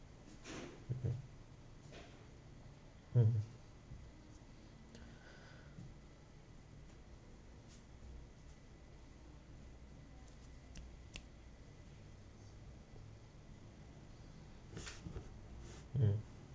mm mm